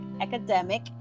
academic